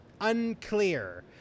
unclear